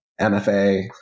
MFA